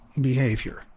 behavior